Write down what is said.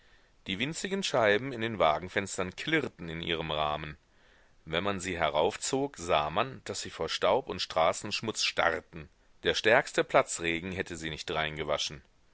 die winzigen scheiben in den wagenfenstern klirrten in ihrem rahmen wenn man sie heraufzog sah man daß sie vor staub und straßenschmutz starrten der stärkste platzregen hätte sie nicht